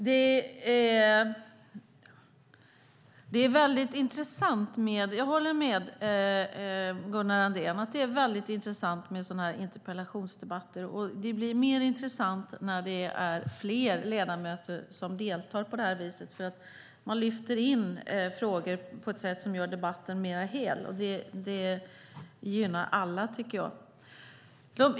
Herr talman! Jag håller med Gunnar Andrén om att det är intressant med interpellationsdebatter. Det blir ännu intressantare när det är fler ledamöter som deltar på det här viset. Man lyfter då in frågor på ett sätt som gör debatten mer hel, och det tycker jag gynnar alla.